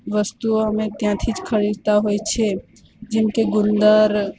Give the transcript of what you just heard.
વસ્તુઓ અમે ત્યાંથી જ ખરીદતા હોઇ છીએ જેમકે ગુંદર